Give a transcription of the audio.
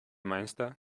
meister